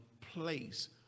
place